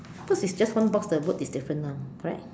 cause it's just one box the word is different now correct